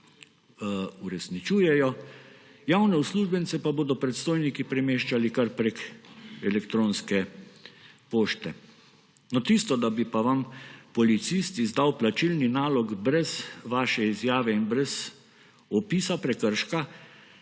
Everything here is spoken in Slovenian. uresničujejo, javne uslužbence pa bodo predstojniki premeščali kar prek elektronske pošte. No, tisto, da bi pa vam policist izdal plačilni nalog brez vaše izjave in brez opisa prekrška,